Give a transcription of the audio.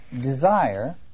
desire